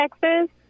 Texas